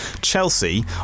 Chelsea